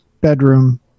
bedroom